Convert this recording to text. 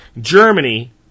Germany